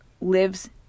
lives